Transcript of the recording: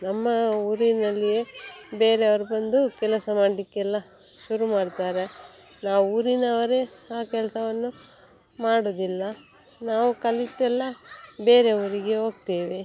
ನಮ್ಮ ಊರಿನಲ್ಲಿಯೇ ಬೇರೆಯವ್ರು ಬಂದು ಕೆಲಸ ಮಾಡಲಿಕ್ಕೆಲ್ಲ ಶುರು ಮಾಡ್ತಾರೆ ನಾವು ಊರಿನವರೇ ಆ ಕೆಲಸವನ್ನು ಮಾಡುವುದಿಲ್ಲ ನಾವು ಕಲಿತೆಲ್ಲ ಬೇರೆ ಊರಿಗೆ ಹೋಗ್ತೇವೆ